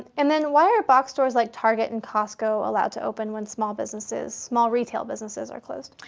and then, why are box stores like target and costco allowed to open when small businesses, small retail businesses, are closed?